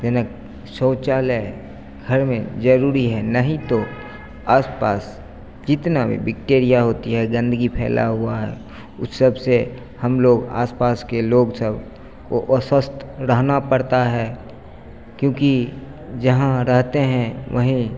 देने शौचालय घर में ज़रूरी है नहीं तो आसपास कितना भी बैक्टीरिया होती है गन्दगी फैली हुई है वह सबसे हमलोग आसपास के लोग सब को अस्वस्थ रहना पड़ता है क्योंकि जहाँ रहते हैं वहीं